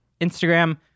Instagram